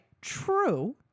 true